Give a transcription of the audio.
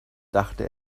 dachte